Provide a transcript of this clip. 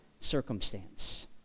circumstance